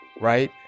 right